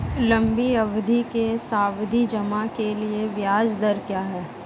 लंबी अवधि के सावधि जमा के लिए ब्याज दर क्या है?